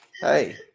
Hey